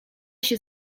się